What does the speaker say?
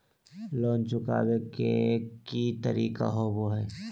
Loan चुकाबे के की तरीका होबो हइ?